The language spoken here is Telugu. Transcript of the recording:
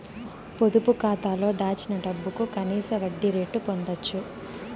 పొదుపు కాతాలో దాచిన డబ్బుకు కనీస వడ్డీ రేటు పొందచ్చు